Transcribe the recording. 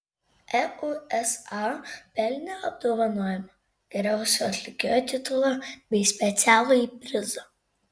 eusa pelnė apdovanojimą geriausio atlikėjo titulą bei specialųjį prizą